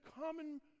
common